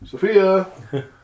Sophia